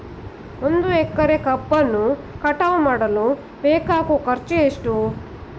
ಒಂದು ಎಕರೆ ಕಬ್ಬನ್ನು ಕಟಾವು ಮಾಡಲು ಬೇಕಾಗುವ ಖರ್ಚು ಎಷ್ಟು?